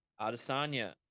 Adesanya